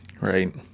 Right